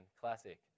classic